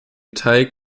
teig